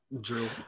Drew